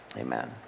amen